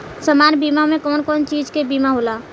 सामान्य बीमा में कवन कवन चीज के बीमा होला?